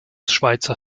schweizer